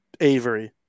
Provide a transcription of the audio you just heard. Avery